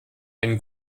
einen